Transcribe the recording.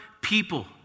people